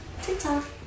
TikTok